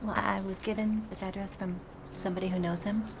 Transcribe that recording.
i was given this address from somebody who knows him.